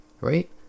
right